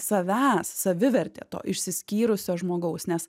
savęs savivertė to išsiskyrusio žmogaus nes